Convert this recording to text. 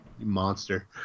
monster